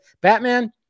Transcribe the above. Batman